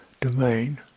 domain